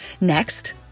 Next